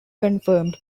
confirmed